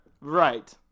Right